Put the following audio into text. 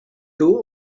two